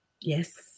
Yes